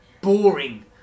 boring